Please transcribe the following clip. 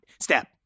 step